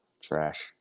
trash